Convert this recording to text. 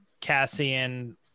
Cassian